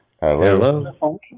Hello